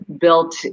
built